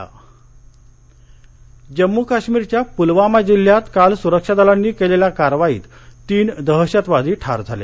चकमक जम्मू काश्मीरच्या पूलवामा जिल्ह्यात काल सुरक्षा दलांनी केलेल्या करावाईत तीन दहशतवादी ठार झाले